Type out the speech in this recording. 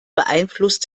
beeinflusst